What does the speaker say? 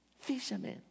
Fishermen